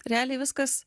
realiai viskas